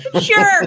Sure